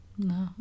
No